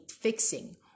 fixing